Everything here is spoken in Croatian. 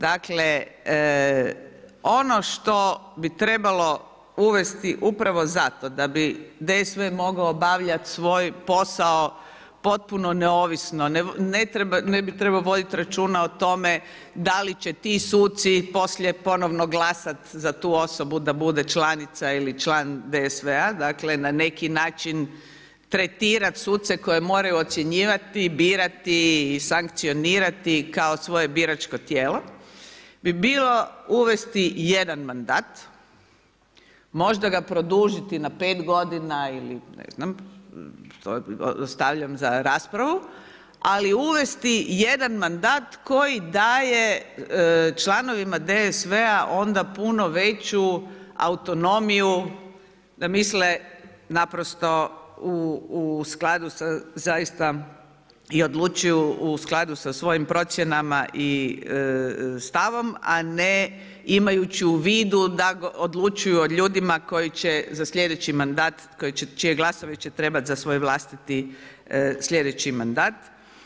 Dakle, ono što bi trebalo uvesti upravo zato da bi DSV mogao obavljati svoj posao potpuno neovisno, ne bi trebao voditi računa o tome da li će ti suci poslije ponovno glasati za tu osobu da bude članica ili član DSV-a, dakle na neki način tretirati suce koje moraju ocjenjivati, birati i sankcionirati kao svoje biračko tijelo bi bilo uvesti jedan mandat, možda ga produžiti na 5 godina ili ne znam, to ostavljam za raspravu, ali uvesti jedan mandat koji daje članovima DSV-a onda puno veću autonomiju da misle naprosto u skladu sa zaista i odlučuju u skladu sa svojim procjenama i stavom a ne imajući u vidu da odlučuju o ljudima koji će za slijedeći mandat, čije glasove će trebati za svoj vlastiti slijedeći mandat.